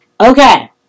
Okay